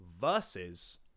versus